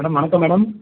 madam வணக்கம் madam